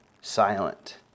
silent